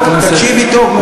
תקשיבי טוב,